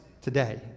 today